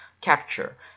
capture